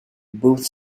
both